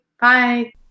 bye